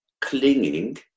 clinging